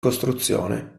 costruzione